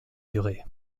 durée